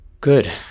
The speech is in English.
Good